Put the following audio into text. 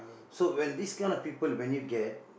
so when these kind of people when you get